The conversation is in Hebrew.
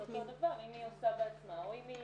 זה אותו דבר אם היא עושה בעצמה או אם היא